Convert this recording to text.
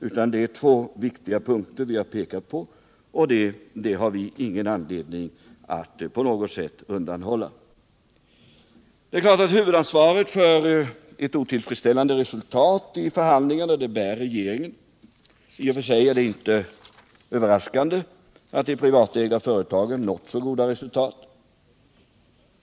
Det är i stället två viktiga punkter vi har pekat på, och det har vi ingen anledning att på något sätt undanhålla. Det är klart att regeringen bär huvudansvaret för ett otillfredsställande resultat i förhandlingarna. I och för sig är det inte överraskande att de privata företagen nått så goda resultat.